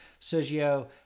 Sergio